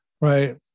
Right